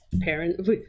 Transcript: parents